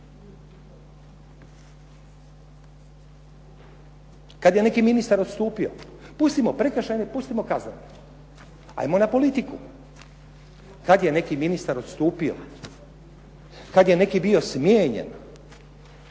Kada je neki ministar odstupio, pustimo kaznene, pustimo prekršajne. 'Ajmo na politiku. Kada je neki ministar odstupio, kada je neki bio smijenjen,